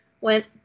went